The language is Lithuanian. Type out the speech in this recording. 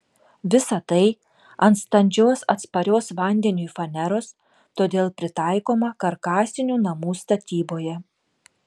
visa tai ant standžios atsparios vandeniui faneros todėl pritaikoma karkasinių namų statyboje